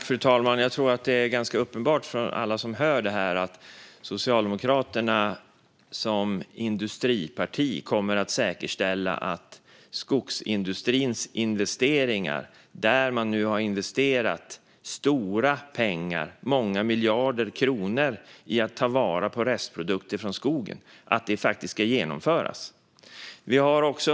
Fru talman! Jag tror att det är uppenbart för alla som lyssnar att Socialdemokraterna som industriparti kommer att säkerställa att skogsindustrins investeringar, där man har investerat stora pengar, många miljarder kronor, i att ta vara på restprodukter från skogen, kommer att genomföras.